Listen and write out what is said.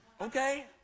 Okay